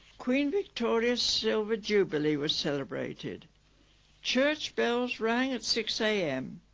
queen victoria's silver jubilee was celebrated church bells rang at six a m.